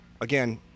again